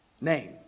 name